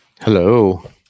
hello